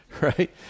right